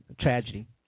tragedy